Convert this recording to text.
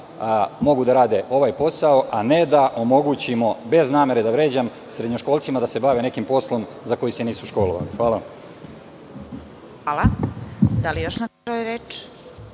mogu da rade ovaj posao, a ne da omogućimo, bez namere da vređam, srednjoškolcima da se bave nekim poslom za koji se nisu školovali. Hvala. **Vesna Kovač** Da li još neko želi